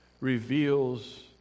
reveals